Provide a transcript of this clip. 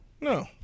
No